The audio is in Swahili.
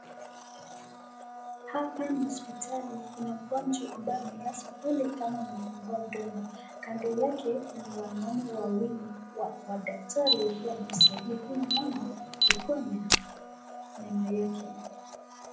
Hapa ni hospitali kuna mgonjwa ambaye amelazwa pale kama amefungua mdomo, kando yake kuna wanaume wawili wadaktari wakiwa wanamsaidia huyu mama kuponya meno yake.